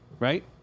right